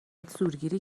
زورگیری